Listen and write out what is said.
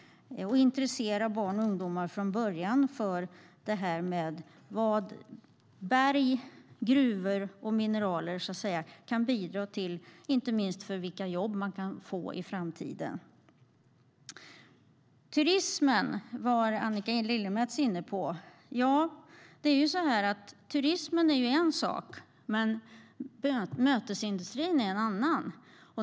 Vi måste intressera barn och ungdomar från början för vad berg, gruvor och mineraler kan bidra med exempelvis när det gäller vilka jobb man kan få i framtiden. Annika Lillemets var inne på turismen. Det är ju så att turism är en sak och mötesindustri en annan.